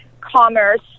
Commerce